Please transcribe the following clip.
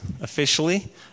officially